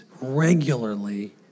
regularly